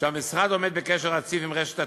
שהמשרד עומד בקשר רציף עם רשת "עתיד",